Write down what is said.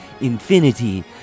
infinity